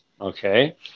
Okay